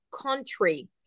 country